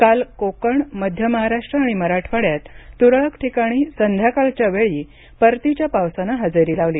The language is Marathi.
काल कोकण मध्य महाराष्ट्र णि मराठवाड्यात तुरळक ठिकाणी संध्याकाळच्यावेळी परतीच्या पावसानं हजेरी लावली